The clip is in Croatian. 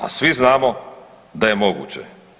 A svi znamo da je moguće.